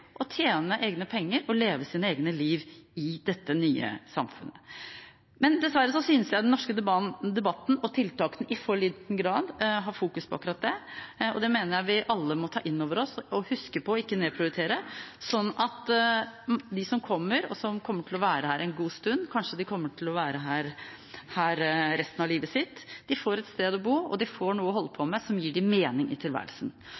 tjene egne penger og leve sitt eget liv i dette nye samfunnet. Dessverre synes jeg den norske debatten og tiltakene i for liten grad har fokusert på akkurat det, og det mener jeg vi alle må ta inn over oss og huske på ikke å nedprioritere, sånn at de som kommer, og som kommer til å være her en god stund – kanskje de kommer til å være her resten av livet sitt – får et sted å bo og får noe å holde på med som gir dem mening i tilværelsen.